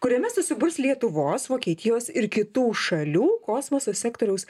kuriame susiburs lietuvos vokietijos ir kitų šalių kosmoso sektoriaus